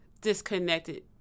Disconnected